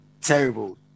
terrible